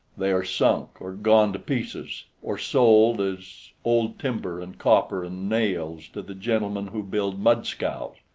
they are sunk or gone to pieces, or sold as old timber and copper and nails to the gentlemen who build mudscows.